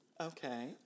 Okay